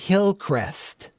Hillcrest